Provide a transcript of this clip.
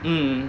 mm